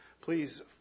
Please